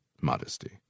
modesty